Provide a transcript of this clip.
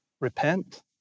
Repent